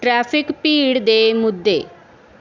traffic ਭੀੜ ਦੇ ਮੁੱਦੇ